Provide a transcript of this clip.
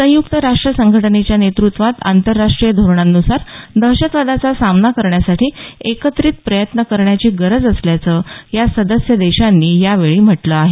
संयुक्त राष्ट्र संघटनेच्या नेतृत्वात आंतरराष्ट्रीय धोरणानुसार दहशतवादाचा सामना करण्यासाठी एकत्रित प्रयत्न करण्याची गरज असल्याचं या सदस्य देशांनी यावेळी म्हटलं आहे